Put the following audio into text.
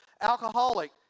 Alcoholic